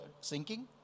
sinking